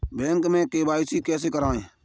Bank में KYC कैसे करायें?